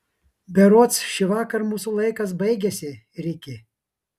berods šįvakar mūsų laikas baigiasi riki